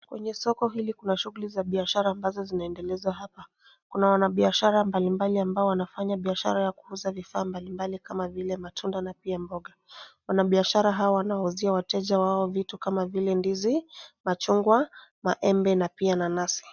Kwenye soko hili kuna shughuli za biashara ambazo zinaendelezwa hapa. Kuna wanabiashara mbali mbali ambao wanafanya biashara ya kuuza vifaa mbali mbali kama vile matunda na pia mboga. Wanabiashara hawa wanawauzia wateja wao vitu kama vile ndizi, machungwa, maembe pia nanasi.